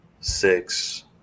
six